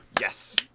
yes